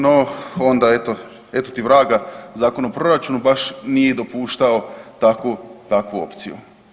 No onda eto, eto ti vraga Zakon o proračunu baš nije dopuštao takvu, takvu opciju.